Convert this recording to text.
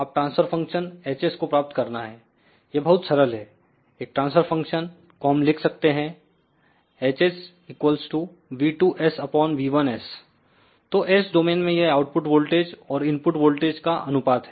अब transfer function H को प्राप्त करना है यह बहुत सरल है एक ट्रांसफर फंक्शन को हम लिख सकते हैं HSV2 V1 तो s डोमेन में यह आउटपुट वोल्टेज और इनपुट वोल्टेज का अनुपात है